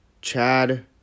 Chad